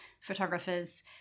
photographers